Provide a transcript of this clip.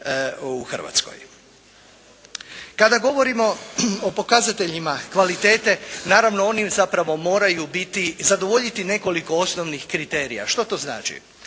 Kada govorimo o pokazateljima kvalitete naravno oni zapravo moraju biti, zadovoljiti nekoliko osnovnih kriterija. Što to znači?